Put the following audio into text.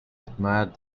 admired